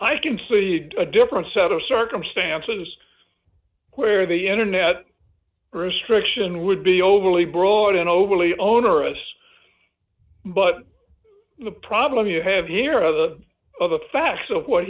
i can see a different set of circumstances where the internet restriction would be overly broad and overly onerous but the problem you have here of of the fashion of what